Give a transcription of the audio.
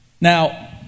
Now